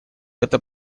это